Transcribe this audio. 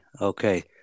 okay